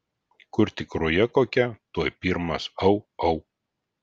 kur tik ruja kokia tuoj pirmas au au